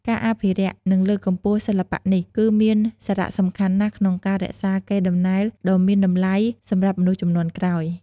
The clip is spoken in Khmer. ការអភិរក្ស និងលើកកម្ពស់សិល្បៈនេះ គឺមានសារៈសំខាន់ណាស់ក្នុងការរក្សាកេរដំណែលដ៏មានតម្លៃសម្រាប់មនុស្សជំនាន់ក្រោយ។